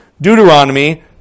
Deuteronomy